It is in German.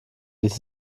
ließ